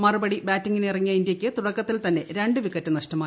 മറുപടി ബാറ്റിംഗിനിറങ്ങിയ ഇന്ത്യയ്ക്ക് തുടക്കത്തിൽ തന്നെ രണ്ട് വിക്കറ്റ് നഷ്ടമായി